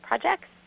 projects